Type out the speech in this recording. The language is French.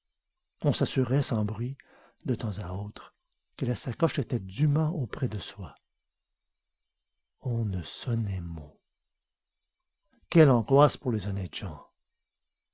on s'assurait sans bruit de temps à autre que la sacoche était dûment auprès de soi on ne sonnait mot quelle angoisse pour les honnêtes gens